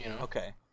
Okay